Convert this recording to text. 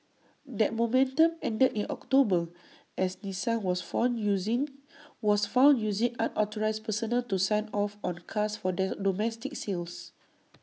that momentum ended in October as Nissan was found using unauthorised personnel to sign off on cars for domestic sales